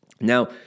Now